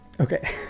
Okay